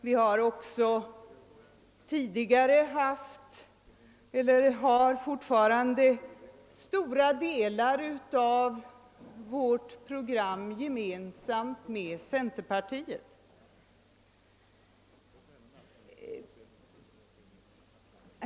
Vi har tidigare haft — och har fortfarande — stora delar av vårt program gemensamt med centerpartiet.